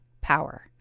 power